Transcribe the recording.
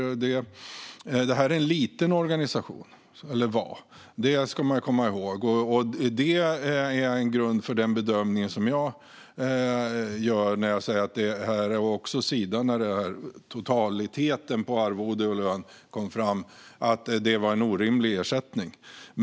Man ska komma ihåg att det här var en liten organisation. Det är en grund för den bedömning som jag gör när jag säger - liksom Sida när totaliteten på arvode och lön kom fram - att det var en orimlig ersättning.